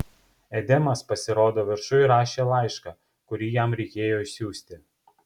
edemas pasirodo viršuj rašė laišką kurį jam reikėjo išsiųsti